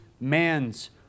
man's